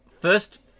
first